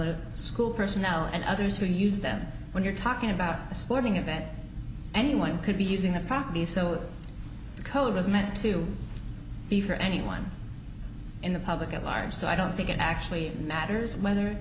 of school personnel and others who use them when you're talking about a sporting event anyone could be using the property so the code was meant to be for anyone in the public at large so i don't think it actually matters whether i